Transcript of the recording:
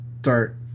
start